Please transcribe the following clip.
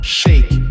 shake